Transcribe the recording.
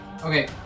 Okay